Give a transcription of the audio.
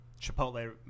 chipotle